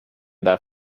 that